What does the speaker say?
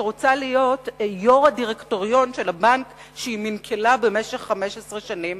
שרוצה להיות יו"ר הדירקטוריון של הבנק שהיא מינכלה במשך 15 שנים?